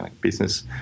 business